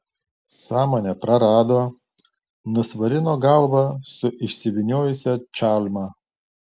sąmonę prarado nusvarino galvą su išsivyniojusia čalma